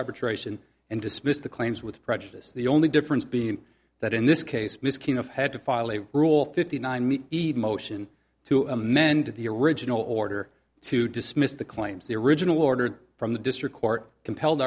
arbitration and dismissed the claims with prejudice the only difference being that in this case miss king of had to file a rule fifty nine meet emotion to amend the original order to dismiss the claims the original order from the district court compelled